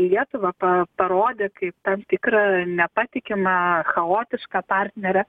lietuvą pa parodė kaip tam tikrą nepatikimą chaotišką partnerę